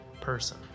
person